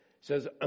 says